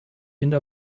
finde